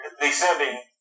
descending